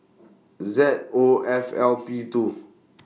Z O F L P two